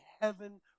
heaven